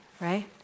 Right